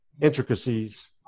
intricacies